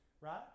right